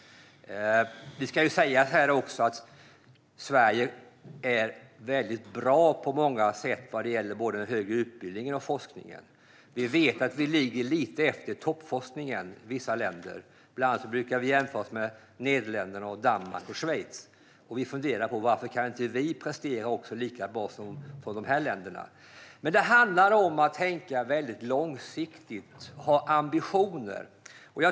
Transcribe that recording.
Det ska också sägas att Sverige är väldigt bra på många sätt vad gäller både den högre utbildningen och forskningen. Vi vet att vi ligger lite efter toppforskningen i vissa länder. Bland annat brukar vi jämföra oss med Nederländerna, Danmark och Schweiz. Vi funderar på: Varför kan inte vi prestera lika bra som de länderna? Det handlar om att tänka väldigt långsiktigt och ha ambitioner.